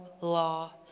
law